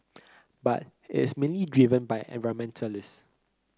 but it's mainly driven by environmentalists